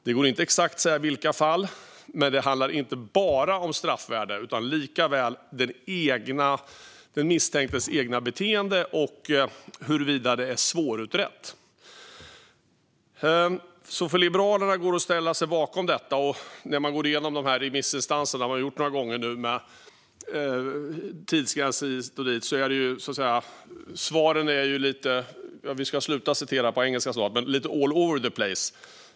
Det går inte att säga exakt vilka fall det ska gälla, men det handlar inte bara om straffvärde utan även om den misstänktes eget beteende och huruvida det är svårutrett. För Liberalerna går det att ställa sig bakom detta. Jag har gått igenom remissinstansernas svar några gånger nu. Det talas om tidsgränser hit och dit. Svaren är - vi ska snart sluta med citat på engelska, fru talman - lite "all over the place".